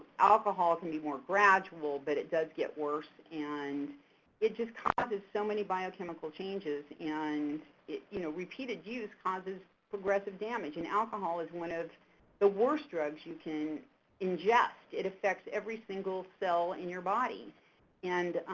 alcohol can be more gradual, but it does get worse and it just causes so many biochemical changes and you know repeated use causes progressive damage and alcohol is one of the worse drugs you can ingest, it affects every single cell in your body and